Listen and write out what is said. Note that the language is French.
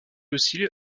aussi